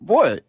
Boy